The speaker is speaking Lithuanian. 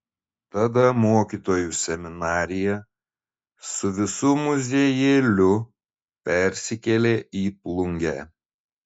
tada mokytojų seminarija su visu muziejėliu persikėlė į plungę